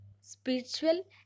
Spiritual